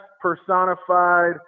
personified